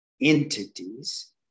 entities